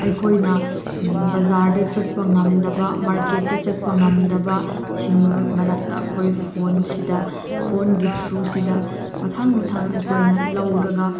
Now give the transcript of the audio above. ꯑꯩꯈꯣꯏꯅ ꯕꯖꯥꯔꯗ ꯆꯠꯄ ꯉꯝꯗꯕ ꯃꯥꯔꯀꯦꯠꯇ ꯆꯠꯄ ꯉꯝꯗꯕꯁꯤꯡ ꯃꯔꯛꯇ ꯑꯩꯈꯣꯏ ꯐꯣꯟꯁꯤꯗ ꯐꯣꯟꯒꯤ ꯊ꯭ꯔꯨꯁꯤꯗ ꯃꯊꯪ ꯃꯊꯪ ꯑꯩꯈꯣꯏꯅ ꯂꯧꯔꯒ